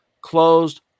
Closed